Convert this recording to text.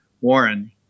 Warren